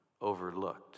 overlooked